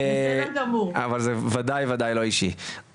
אבל זה בוודאי לא אישי.